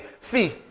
see